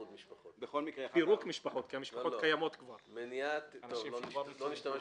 והם בעצם לא נועדו לפגוע